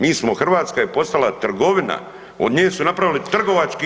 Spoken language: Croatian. Mi smo, Hrvatska je postala trgovina, od nje su napravili trgovački lanac.